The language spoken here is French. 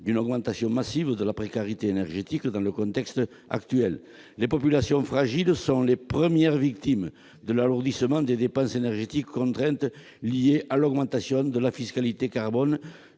d'une augmentation massive de la précarité énergétique dans le contexte actuel. Les populations fragiles sont les premières victimes de l'alourdissement des dépenses énergétiques contraintes, liées à l'augmentation de la fiscalité carbone,